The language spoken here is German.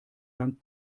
lang